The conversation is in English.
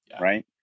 right